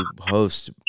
host